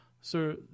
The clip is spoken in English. Sir